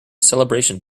celebration